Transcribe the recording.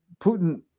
Putin